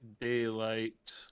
Daylight